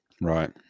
Right